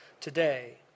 today